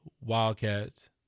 Wildcats